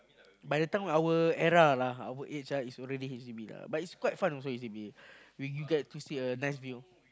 by the time our era lah our age ah it's already H_D_B lah but it's quite fun also H_D_B you you get to see a nice view